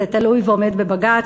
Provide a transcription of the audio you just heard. זה תלוי ועומד בבג"ץ,